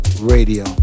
Radio